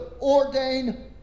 ordain